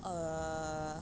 err